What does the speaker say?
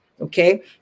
Okay